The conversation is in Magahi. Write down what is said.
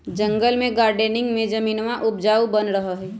जंगल में गार्डनिंग में जमीनवा उपजाऊ बन रहा हई